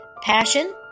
passion